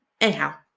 Anyhow